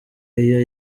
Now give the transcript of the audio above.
iyo